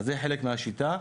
זה חלק מהשיטה.